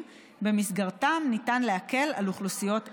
שבמסגרתם ניתן להקל על אוכלוסיות אלו.